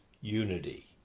unity